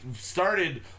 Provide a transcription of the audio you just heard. started